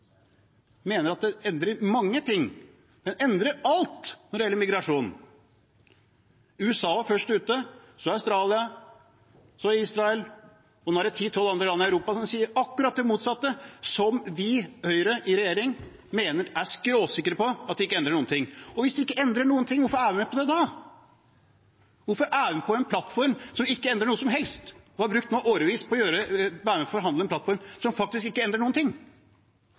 mener at det endrer mange ting. Det endrer alt når det gjelder migrasjon. USA var først ute, så Australia, så Israel, og nå er det ti–tolv andre land i Europa som sier akkurat det motsatte av det vi og Høyre i regjering er skråsikker på ikke endrer noen ting. Hvis det ikke endrer på noen ting, hvorfor er vi med på det da? Hvorfor er vi med på en plattform som ikke endrer noe som helst, og har brukt årevis på å være med på å forhandle frem en plattform som faktisk ikke endrer noen ting?